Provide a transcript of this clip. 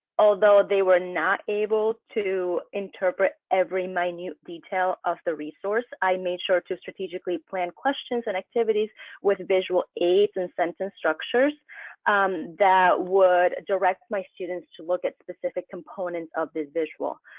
although they were not able to interpret every minute detail of the resource, i made sure to strategically plan questions and activities with visual aids and sentence structures that would direct my students to look at specific components of the visual.